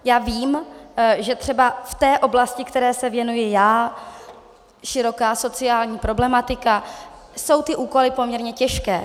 Já vím, že třeba v oblasti, které se věnuji já, široká sociální problematika, jsou ty úkoly poměrně těžké.